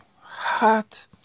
hot